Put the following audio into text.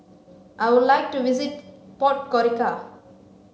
I would like to visit Podgorica